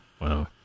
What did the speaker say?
Wow